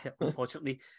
unfortunately